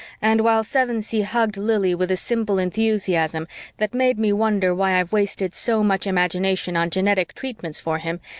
and while sevensee hugged lili with a simple enthusiasm that made me wonder why i've wasted so much imagination on genetic treatments for him,